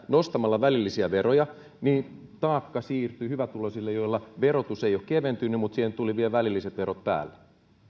nostamalla välillisiä veroja niin taakka siirtyy hyvätuloisille joilla verotus ei ole keventynyt mutta siihen tuli vielä välilliset verot päälle